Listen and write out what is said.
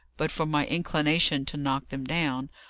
but for my inclination to knock them down.